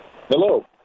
Hello